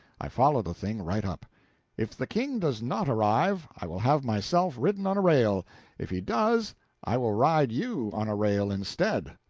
i followed the thing right up if the king does not arrive, i will have myself ridden on a rail if he does i will ride you on a rail instead.